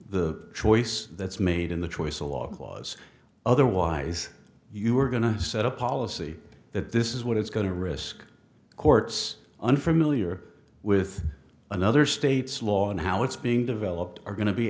the choice that's made in the choice a lot of laws otherwise you are going to set a policy that this is what it's going to risk the courts unfamiliar with another state's law and how it's being developed are going to be